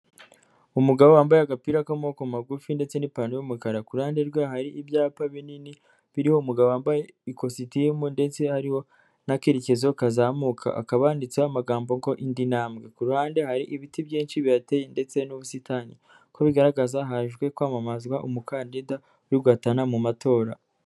Umugabo wambaye agapira k'amamoboko magufi ndetse n'ipantaro y'umukara, ku ruhande rwe hari ibyapa binini biriho umugabo wambaye ikositimu ndetse hariho n'akerekezo kazamuka hakaba handitseho amagambo ngo indi ntambwe, ku ruhande hari ibiti byinshi bihateye ndetse n'ubusitani, uko bigaragaza hajwe kwamamazwa umukandida uri guhatana mu matora.